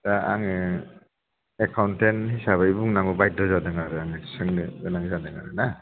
दा आङो एकाउन्टेन हिसाबै बुंनांगौ बायद' जादों आरो सोंनो गोनां जादों आरो ना